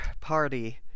party